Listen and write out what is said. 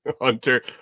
hunter